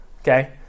okay